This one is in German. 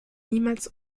niemals